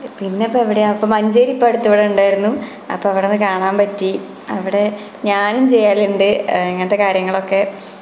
പിന്നെ ഇപ്പോൾ ഇവിടെ മഞ്ചേരി ഇപ്പോൾ അടുത്ത് ഉണ്ടായിരുന്നു അപ്പോൾ അവിടെ കാണാന് പറ്റി അവിടെ ഞാനും ചെയ്യലുണ്ട് ഇങ്ങനത്തെ കാര്യങ്ങളൊക്കെ